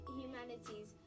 humanities